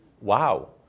wow